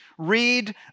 Read